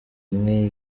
imwe